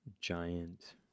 giant